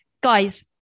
guys